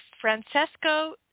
Francesco